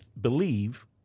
believe